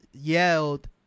yelled